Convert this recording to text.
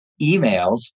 emails